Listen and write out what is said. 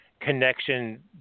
connection